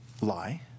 lie